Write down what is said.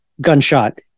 gunshot